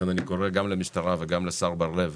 אני קורא גם למשטרה וגם לשר בר לב